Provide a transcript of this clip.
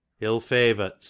Ill-favoured